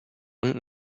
und